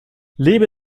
lebe